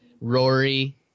Rory